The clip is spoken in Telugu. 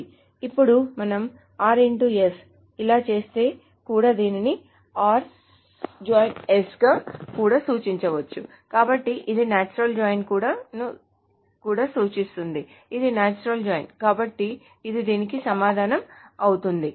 ఇప్పుడు మనం ఇలా చేస్తే కూడా దీనిని గా కూడా సూచించవచ్చు కాబట్టి ఇది నాచురల్ జాయిన్ ను కూడా సూచిస్తుంది ఇది నాచురల్ జాయిన్ కాబట్టి ఇది దీనికి సమాధానం అవుతుంది